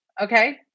Okay